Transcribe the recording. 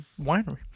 winery